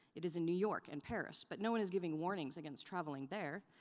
it is in new york and paris, but no one is giving warnings against traveling there.